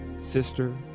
sister